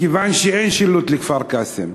מכיוון שאין שילוט המפנה לכפר-קאסם.